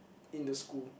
in the school